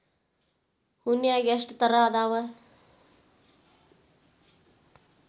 ಹೂನ್ಯಾಗ ಎಷ್ಟ ತರಾ ಅದಾವ್?